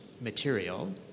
material